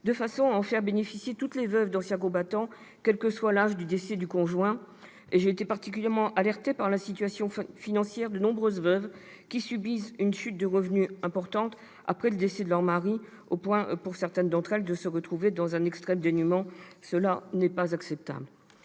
de façon à en faire bénéficier toutes les veuves d'anciens combattants, quel que soit l'âge du décès du conjoint. J'ai été particulièrement alertée par la situation financière de nombreuses veuves, qui subissent une chute de revenus importante après le décès de leur mari, au point, pour certaines d'entre elles, de se retrouver dans un extrême dénuement. Cela n'est pas acceptable.